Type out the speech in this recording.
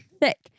thick